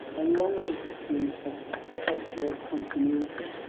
a longer history of cultural continuity.